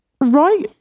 Right